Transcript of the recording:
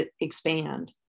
expand